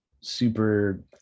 super